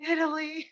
Italy